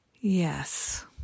Yes